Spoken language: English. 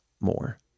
more